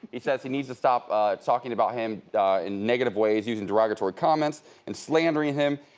he says he needs to stop talking about him in negative ways using derogatory comments and slandering him.